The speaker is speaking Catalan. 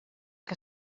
que